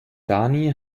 dani